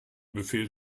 befehl